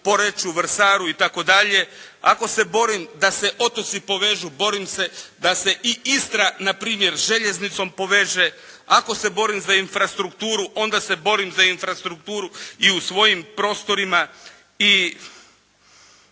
Poreču, Vrsaru itd. Ako se borim da se otoci povežu borim se da se i Istra npr. željeznicom poveže. Ako se borim za infrastrukturu onda se borim za infrastrukturu i u svojim prostorima.